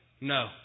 no